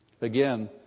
Again